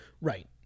Right